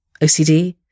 OCD